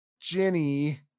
Jenny